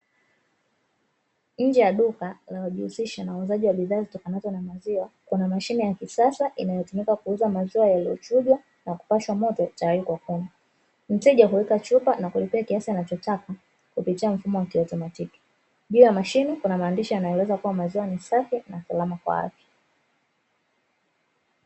Nje ya duka linalojihusisha na uuzaji wa bidhaa zitokananzo na waziwa , kuna mashine ya kisasa inayotumika kuuza maziwa yaliyochujwa na kupashwa moto tayari kwa kunywa ,mteja huweka chupa na kulipia kiasi anachotaka kupitia mfumo wa kiatomatiki juu ya mashine kuna maandishi yanaeleza kuwa maziwa ni safi na usalama kwa afya.